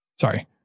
sorry